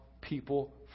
people